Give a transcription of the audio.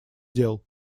дел